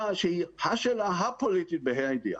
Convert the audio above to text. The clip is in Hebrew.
שהיא גם שאלה פוליטית ב-ה' הידיעה.